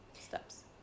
steps